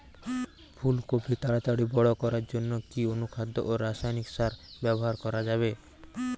ফুল কপি তাড়াতাড়ি বড় করার জন্য কি অনুখাদ্য ও রাসায়নিক সার ব্যবহার করা যাবে?